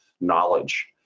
knowledge